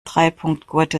dreipunktgurte